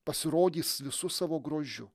pasirodys visu savo grožiu